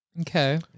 Okay